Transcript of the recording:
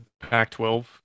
Pac-12